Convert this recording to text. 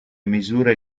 misure